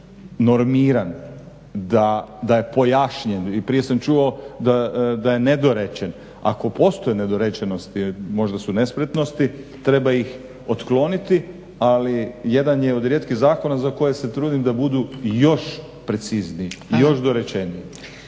da je normiran, da je pojašnjen i prije sam čuo da je nedorečen. Ako postoje nedorečenosti možda su nespretnosti treba ih otkloniti ali jedan je od rijetkih zakona za koje se trudim da budu još precizniji, još dorečeniji.